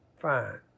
fine